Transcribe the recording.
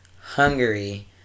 Hungary